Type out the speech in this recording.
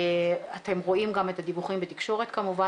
אתם רואים גם את הדיווחים בתקשורת כמובן